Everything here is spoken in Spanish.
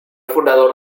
fundador